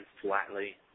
flatly